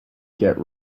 get